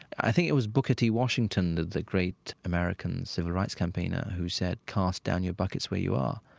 i think it was booker t. washington, the the great american civil rights campaigner, who said, cast down your buckets where you are.